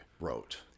wrote